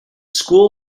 school